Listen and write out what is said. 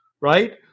right